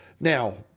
Now